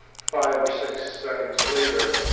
five or six seconds later,